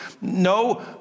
No